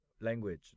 language